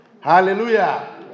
Hallelujah